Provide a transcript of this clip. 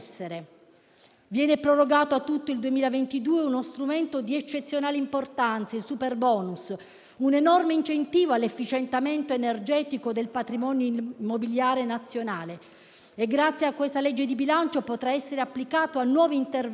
Viene prorogato a tutto il 2022 uno strumento di eccezionale importanza, il superbonus, un enorme incentivo all'efficientamento energetico del patrimonio immobiliare nazionale che, grazie a questa legge di bilancio, potrà essere applicato a nuovi interventi.